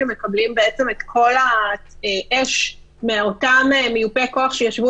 שמקבלים את כל האש מאותם מיופיי כוח שישבו